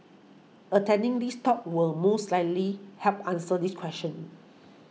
attending this talk will most likely help answer this question